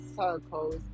circles